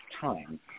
time